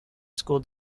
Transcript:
school